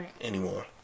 anymore